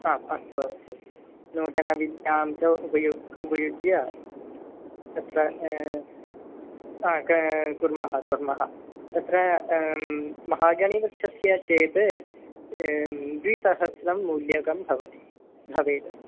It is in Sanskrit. आम् अस्तु अस्तु नूतनविज्ञानं च उपयोगः उपयुज्य तत्र क कुर्मः कुर्मः तत्र महागणीवृक्षस्य चेत् द्विसहस्रम् मूल्यकं भवति भवेत्